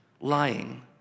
lying